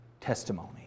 testimony